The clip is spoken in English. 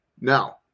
Now